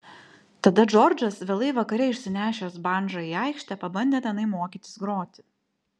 tada džordžas vėlai vakare išsinešęs bandžą į aikštę pabandė tenai mokytis groti